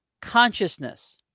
consciousness